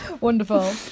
Wonderful